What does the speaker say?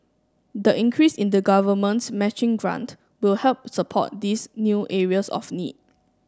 the increase in the Government's matching grant will help support these new areas of need